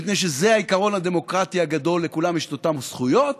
מפני שזה העיקרון הדמוקרטי הגדול: לכולם יש את אותן זכויות